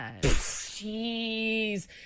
Jeez